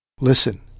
Listen